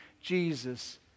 Jesus